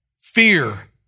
Fear